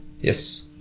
Yes